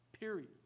Period